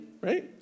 right